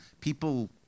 People